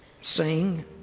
sing